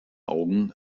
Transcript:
augen